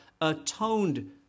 atoned